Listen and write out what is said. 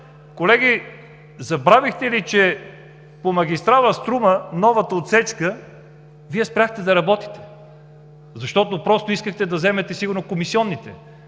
колеги, забравихте ли, че по магистрала „Струма“, по новата отсечка Вие спряхте да работите? Просто искахте да вземете сигурно комисионните